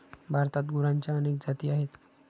भारतात गुरांच्या अनेक जाती आहेत